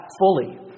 fully